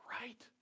right